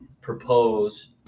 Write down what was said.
propose